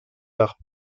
par